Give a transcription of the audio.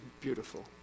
beautiful